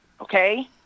Okay